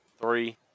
three